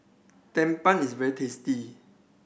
tumpeng is very tasty